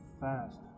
fast